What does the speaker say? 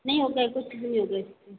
नहीं होगा कुछ भी नहीं होगा इस पर